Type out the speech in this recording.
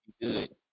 good